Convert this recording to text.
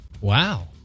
Wow